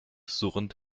surrend